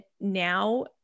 now